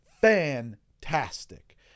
fantastic